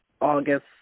August